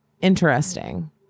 interesting